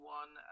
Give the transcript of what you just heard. one